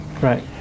Right